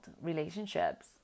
relationships